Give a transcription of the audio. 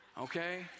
okay